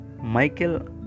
Michael